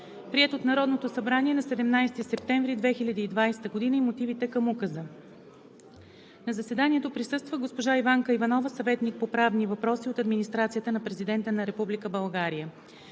приет от Народното събрание на 17 септември 2020 г., и мотивите към Указа. На заседанието присъства госпожа Иванка Иванова – съветник по правни въпроси от Администрация на Президента на